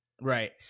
Right